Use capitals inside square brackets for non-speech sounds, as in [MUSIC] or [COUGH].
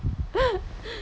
[LAUGHS]